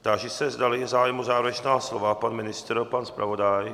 Táži se, zdali je zájem o závěrečná slova pan ministr a pan zpravodaj?